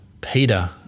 Peter